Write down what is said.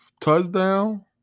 touchdown